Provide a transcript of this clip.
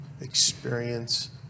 experience